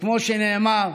וכמו שנאמר,